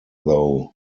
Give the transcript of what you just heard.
though